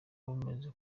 bumeze